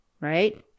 right